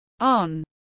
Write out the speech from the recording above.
on